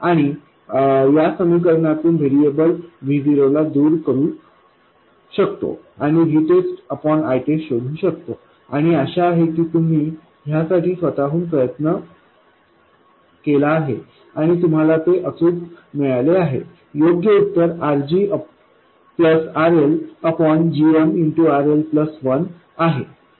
आणि आपण या समीकरणातून व्हेरिएबल Vo ला दूर करू शकतो आणि VTEST ITEST शोधू शकता आणि आशा आहे की तुम्ही ह्यासाठी स्वत हून प्रयत्न केला आहे आणि तुम्हाला ते अचूकपणे मिळाले आहे आणि योग्य उत्तर RG RL gmRL1आहे